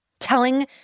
telling